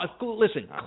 Listen